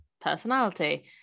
personality